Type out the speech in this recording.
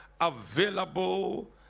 available